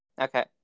Okay